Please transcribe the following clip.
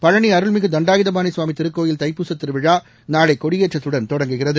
பழனி அருள்மிகு தண்டாயுதபாணி சுவாமி திருக்கோயில் தைப்பூச திருவிழா நாளை னொடியேற்றத்துடன் தொடங்குகிறது